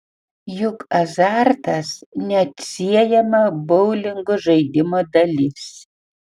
juk azartas neatsiejama boulingo žaidimo dalis